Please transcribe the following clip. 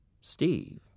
Steve